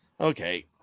okay